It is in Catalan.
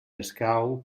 escau